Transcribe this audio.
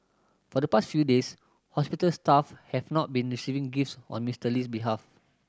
for the past few days hospital staff have not been receiving gifts on Mister Lee's behalf